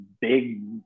big